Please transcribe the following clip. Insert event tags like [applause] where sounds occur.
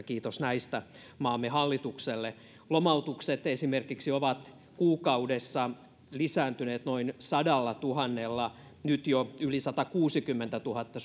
[unintelligible] kiitos näistä maamme hallitukselle lomautukset esimerkiksi ovat kuukaudessa lisääntyneet noin sadallatuhannella nyt jo yli satakuusikymmentätuhatta [unintelligible]